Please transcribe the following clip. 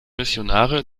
missionare